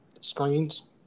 screens